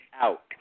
out